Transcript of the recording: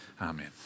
Amen